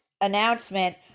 announcement